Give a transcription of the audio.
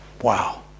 Wow